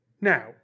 Now